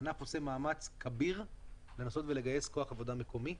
אנחנו עושים מאמץ כביר לנסות ולגייס כוח עבודה מקומי.